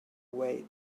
wait